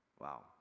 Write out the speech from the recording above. Wow